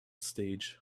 stage